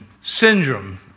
syndrome